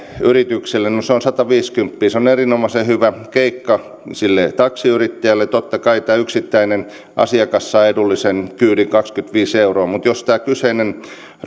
yritykselle no se on sataviisikymppiä se on erinomaisen hyvä keikka sille taksiyrittäjälle totta kai tämä yksittäinen asiakas saa edullisen kyydin kaksikymmentäviisi euroa mutta jos tämä kyseinen ryhmä